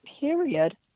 period